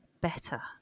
better